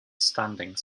standing